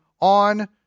on